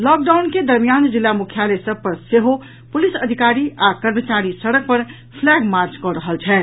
lockdown के दरमियान जिला मुख्यालय सभ पर सेहो पुलिस अधिकारी आ कर्मचारी सड़क पर फ्लैग मार्च कऽ रहल छथि